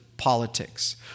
politics